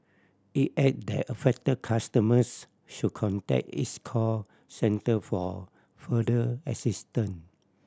it added that affected customers should contact its call centre for further assistance